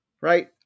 Right